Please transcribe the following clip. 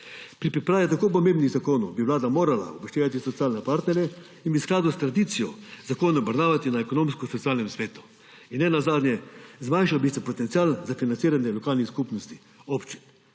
pri pripravi tako pomembnih zakonov bi Vlada morala upoštevati socialne partnerje in bi v skladu s tradicijo zakone obravnavati na Ekonomsko-socialnem svetu. In nenazadnje, zmanjšal bi se potencial za financiranje lokalnih skupnosti – občin.